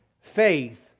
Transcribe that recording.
faith